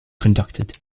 conducted